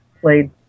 played